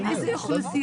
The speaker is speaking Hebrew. על איזו אוכלוסייה?